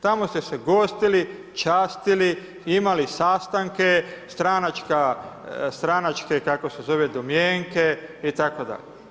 Tamo ste se gostili, častili, imali sastanke, stranačke kako se zove domjenke, itd.